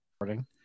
Recording